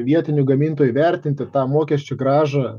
vietinių gamintojų įvertinti tą mokesčių grąžą